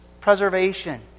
preservation